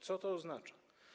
Co to oznacza?